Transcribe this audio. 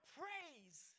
praise